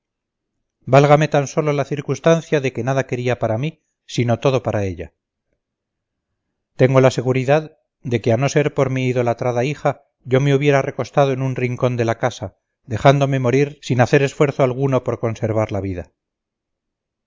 válgame tan sólo la circunstancia de que nada quería para mí sino todo para ella tengo la seguridad de que a no ser por mi idolatrada hija yo me hubiera recostado en un rincón de la casa dejándome morir sin hacer esfuerzo alguno por conservar la vida